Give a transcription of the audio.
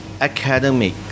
academic